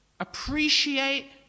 Appreciate